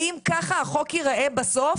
האם ככה החוק יראה בסוף?